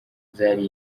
zari